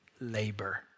labor